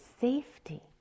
safety